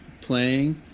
playing